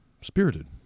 spirited